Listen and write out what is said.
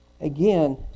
again